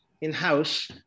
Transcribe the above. in-house